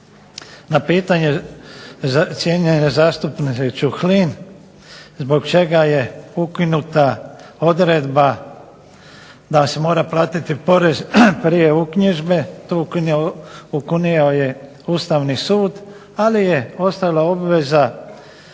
Na pitanje cijenjene zastupnice Čuhnil zbog čega je ukinuta odredba da se mora platiti porez prije uknjižbe to ukinuo je Ustavni sud, ali je ostala obveza